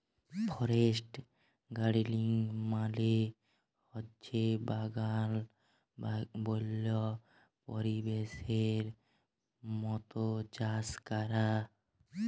forest গাড়েলিং মালে হছে বাগাল বল্য পরিবেশের মত চাষ ক্যরা